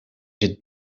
het